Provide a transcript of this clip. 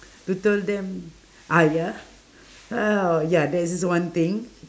to tell them ah ya uh ya there's this one thing